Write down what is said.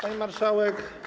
Pani Marszałek!